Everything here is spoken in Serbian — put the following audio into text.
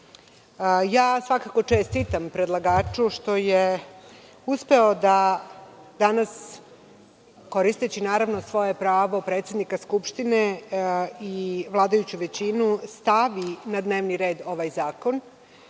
svakako čestitam predlagaču što je uspeo da danas, koristeći svoje pravo predsednika Skupštine i vladajuću većinu, stavi na dnevni red ovaj zakon,